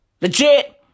Legit